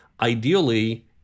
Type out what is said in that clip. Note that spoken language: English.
Ideally